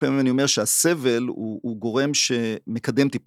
ואני אומר שהסבל הוא גורם שמקדם טיפול.